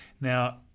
Now